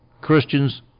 Christians